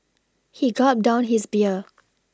he gulped down his beer